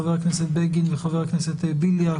חבר הכנסת בגין וחבר הכנסת בליאק.